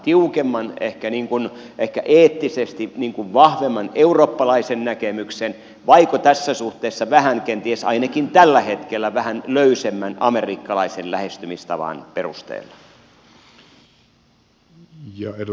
tiukemman ehkä eettisesti vahvemman eurooppalaisen näkemyksen vaiko tässä suhteessa vähän kenties ainakin tällä hetkellä löysemmän amerikkalaisen lähestymistavan perusteella